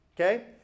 okay